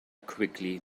quickly